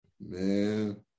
man